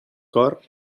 cor